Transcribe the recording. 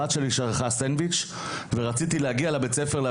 הבת שלי שכחה לקחת את הסנדוויץ׳ ורציתי